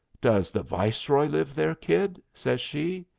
does the viceroy live there, kid? says she.